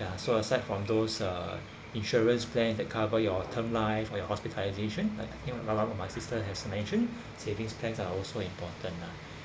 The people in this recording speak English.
ya so aside from those uh insurance plan that covers your term life or your hospitalisation I think my sister has to mention savings plans are also important lah